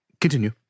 continue